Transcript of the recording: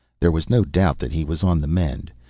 there was no doubt that he was on the mend.